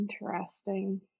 interesting